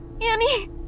Annie